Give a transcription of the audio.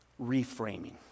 reframing